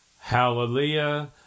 hallelujah